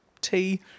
tea